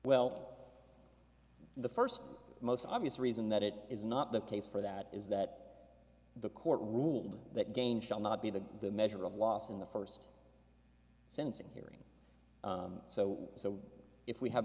well the first most obvious reason that it is not the case for that is that the court ruled that gain shall not be the measure of loss in the first sense and hearing so so if we have